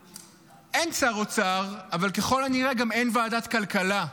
אין שר אוצר, אבל ככל הנראה גם אין ועדת כלכלה.